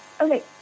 Okay